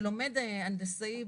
שלומד הנדסאי